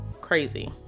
crazy